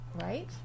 right